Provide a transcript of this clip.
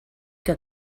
que